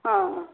ହଁ